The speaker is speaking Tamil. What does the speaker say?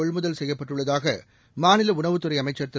கொள்முதல் செய்யப்பட்டுள்ளதாக மாநில உணவுத்துறை அமைச்சர் திரு